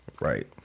Right